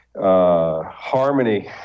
harmony